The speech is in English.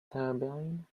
turbine